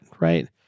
right